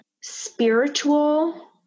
spiritual